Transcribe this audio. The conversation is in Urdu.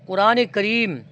قرآن کریم